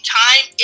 time